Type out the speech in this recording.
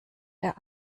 der